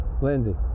Lindsay